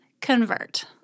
convert